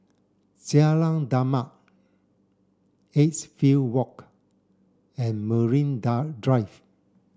Jalan Demak Edgefield Walk and Marine Drive